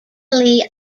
lee